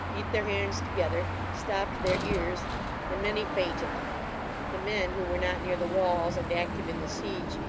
beat their hands together, stopped their ears and many fainted the men who were not near the walls and active in the siege,